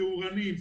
תיאורנים,